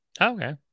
Okay